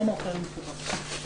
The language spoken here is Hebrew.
הייתי שמח להבין מכם איפה אתם